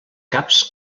caps